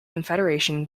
confederation